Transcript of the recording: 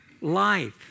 Life